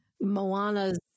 moana's